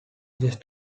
just